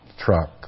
truck